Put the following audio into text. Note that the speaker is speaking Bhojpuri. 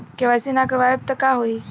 के.वाइ.सी ना करवाएम तब का होई?